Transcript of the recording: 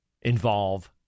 involve